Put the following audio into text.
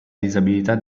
disabilità